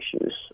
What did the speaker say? issues